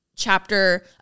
chapter